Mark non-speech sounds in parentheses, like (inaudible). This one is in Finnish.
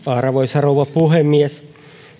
(unintelligible) arvoisa rouva puhemies